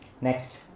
Next